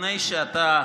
לפני שאתה,